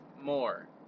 More